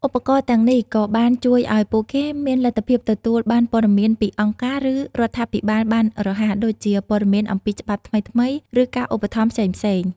ឧបករណ៍ទាំងនេះក៏បានជួយឱ្យពួកគេមានលទ្ធភាពទទួលបានព័ត៌មានពីអង្គការ ឬរដ្ឋាភិបាលបានរហ័ស ដូចជាព័ត៌មានអំពីច្បាប់ថ្មីៗ ឬការឧបត្ថម្ភផ្សេងៗ។